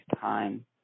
time